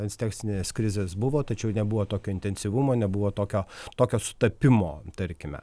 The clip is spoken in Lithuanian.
ankstesnės krizės buvo tačiau nebuvo tokio intensyvumo nebuvo tokio tokio sutapimo tarkime